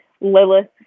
Lilith